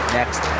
next